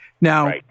Now